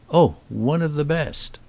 oh, one of the best.